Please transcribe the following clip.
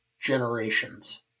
generations